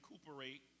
recuperate